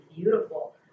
beautiful